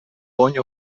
bony